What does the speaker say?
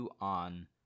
on